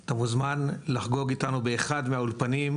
אתה מוזמן לחגוג אתנו באחד האולפנים.